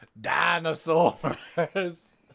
dinosaurs